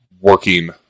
working